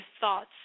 thoughts